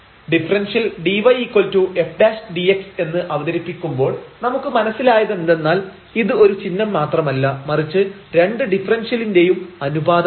differential dyfdx എന്ന് അവതരിപ്പിക്കുമ്പോൾ നമുക്ക് മനസ്സിലായതെന്തെന്നാൽ ഇത് ഒരു ചിഹ്നം മാത്രമല്ല മറിച്ച് രണ്ട് ഡിഫറെൻഷ്യലിന്റെയും അനുപാദമാണ്